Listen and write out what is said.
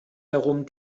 darum